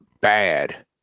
bad